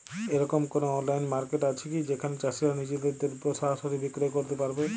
এরকম কোনো online market আছে কি যেখানে চাষীরা নিজেদের দ্রব্য সরাসরি বিক্রয় করতে পারবে?